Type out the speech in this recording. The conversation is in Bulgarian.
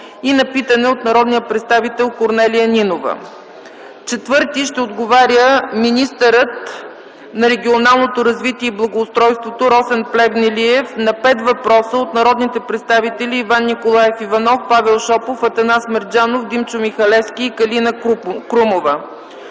и на питане от народния представител Корнелия Нинова. Четвърти ще отговаря министърът на регионалното развитие и благоустройството Росен Плевнелиев на пет въпроса от народните представители Иван Николаев Иванов, Павел Шопов, Атанас Мерджанов, Димчо Михалевски и Калина Крумова.